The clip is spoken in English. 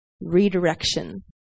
redirection